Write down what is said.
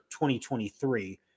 2023